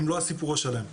הם לא הסיפור השלם.